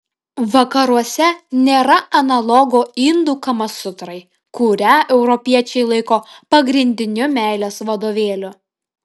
vakaruose nėra analogo indų kamasutrai kurią europiečiai laiko pagrindiniu meilės vadovėliu